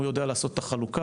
הוא יודע לעשות את החלוקה,